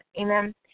Amen